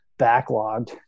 backlogged